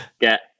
Get